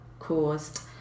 Caused